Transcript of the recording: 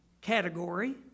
category